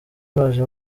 baje